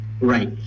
right